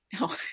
No